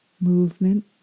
movement